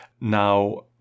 now